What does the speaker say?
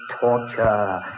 torture